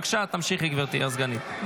בבקשה, תמשיכי, גברתי הסגנית.